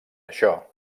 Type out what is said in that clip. això